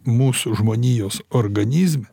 mūsų žmonijos organizme